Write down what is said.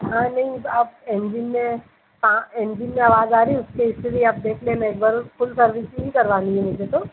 हाँ नहीं आप एंजिन में कहाँ एंजिन में आवाज़ आ रही उसके इसीलिए आप देख लेना एक बार फ़ुल सर्विसिंग ही करवानी है मुझे तो